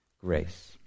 grace